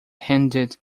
handed